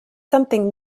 something